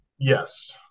Yes